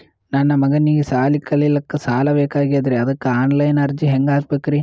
ನನ್ನ ಮಗನಿಗಿ ಸಾಲಿ ಕಲಿಲಕ್ಕ ಸಾಲ ಬೇಕಾಗ್ಯದ್ರಿ ಅದಕ್ಕ ಆನ್ ಲೈನ್ ಅರ್ಜಿ ಹೆಂಗ ಹಾಕಬೇಕ್ರಿ?